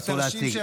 אסור להציג.